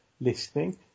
listening